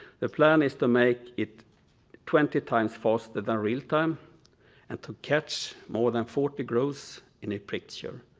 the plan is to make it twenty times faster than real time and to catch more than forty grooves in a picture.